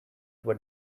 what